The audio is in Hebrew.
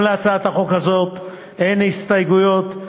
גם להצעת חוק זו אין הסתייגויות,